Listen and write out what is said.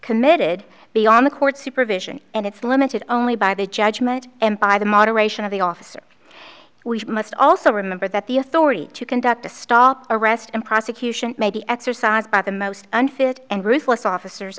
committed beyond the court supervision and it's limited only by the judgment and by the moderation of the officer we must also remember that the authority to conduct a stop arrest and prosecution may be exercised by the most unfit and ruthless officers